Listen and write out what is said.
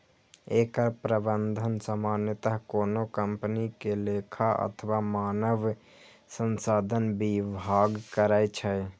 एकर प्रबंधन सामान्यतः कोनो कंपनी के लेखा अथवा मानव संसाधन विभाग करै छै